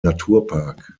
naturpark